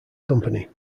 company